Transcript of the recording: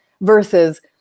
versus